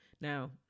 Now